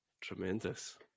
Tremendous